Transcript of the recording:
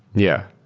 yeah.